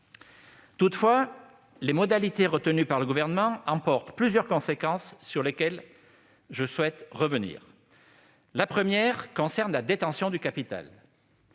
Toutefois, les modalités retenues par le Gouvernement emportent plusieurs conséquences, sur lesquelles je souhaite revenir. La première concerne la détention du capital.